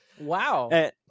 wow